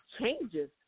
changes